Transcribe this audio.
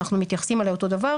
אנחנו מתייחסים אליה אותו דבר,